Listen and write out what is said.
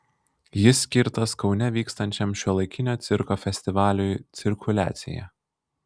jis skirtas kaune vykstančiam šiuolaikinio cirko festivaliui cirkuliacija